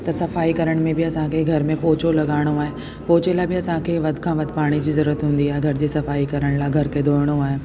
त सफ़ाई करण में बि असांखे घर में पोचो लॻाइणो आहे पोचे लाइ बि असांखे वध खां वध पाणी जी ज़रूरत हूंदी आहे घर जी सफ़ाई करण ला घर खे धोइणो आहे